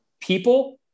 people